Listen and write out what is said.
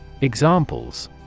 Examples